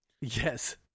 Yes